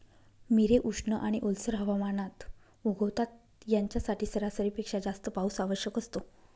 मिरे उष्ण आणि ओलसर हवामानात उगवतात, यांच्यासाठी सरासरीपेक्षा जास्त पाऊस आवश्यक असतो